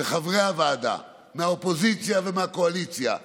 וחברי הוועדה מהאופוזיציה ומהקואליציה היו,